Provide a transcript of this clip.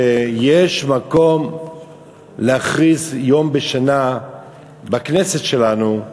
שיש מקום להכריז יום בשנה בכנסת שלנו,